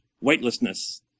weightlessness